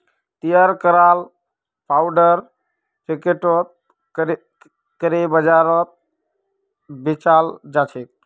तैयार कराल पाउडर पैकेटत करे बाजारत बेचाल जाछेक